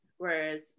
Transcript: Whereas